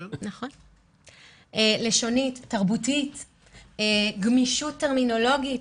לשונית, תרבותית, גמישות טרמינולוגית.